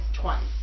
Twice